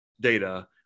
data